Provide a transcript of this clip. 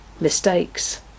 mistakes